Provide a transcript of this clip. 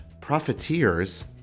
Profiteers